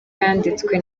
yanditswe